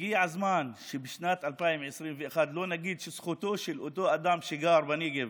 הגיע הזמן שבשנת 2021 לא נגיד שזכותו של אותו אדם שגר בנגב